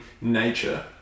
nature